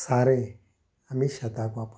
सारें आमी शेताक वापरतात